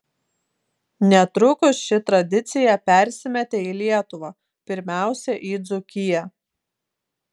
netrukus ši tradicija persimetė į lietuvą pirmiausia į dzūkiją